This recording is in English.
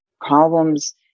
problems